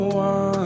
one